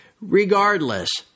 Regardless